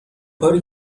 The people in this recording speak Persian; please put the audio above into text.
کاری